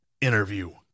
interview